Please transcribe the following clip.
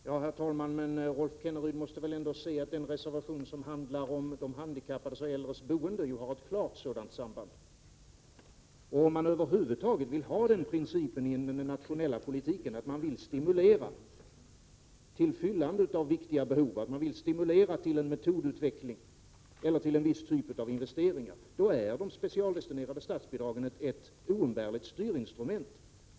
Herr talman! Men Rolf Kenneryd måste väl ändå medge att den reservation som handlar om de handikappades och äldres boende tyder på ett klart sådant samband. Om man över huvud taget önskar följa den principen i den nationella politiken att man vill stimulera till uppfyllande av viktiga behov, till metodutveckling och till en viss typ av investeringar, är de specialdestinerade statsbidragen ett oumbärligt styrinstrument.